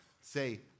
say